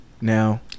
Now